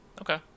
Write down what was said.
Okay